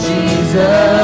Jesus